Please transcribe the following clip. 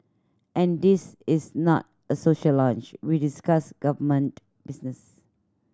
and this is not a social lunch we discuss government business